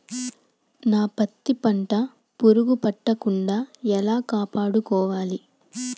నా పత్తి పంట పురుగు పట్టకుండా ఎలా కాపాడుకోవాలి?